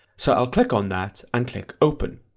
so i'll click on that and click open,